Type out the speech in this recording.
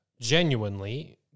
genuinely